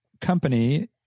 company